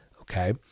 Okay